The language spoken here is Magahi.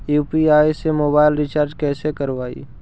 यु.पी.आई से मोबाईल रिचार्ज कैसे करबइ?